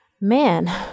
Man